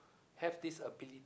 have this ability